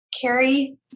Carrie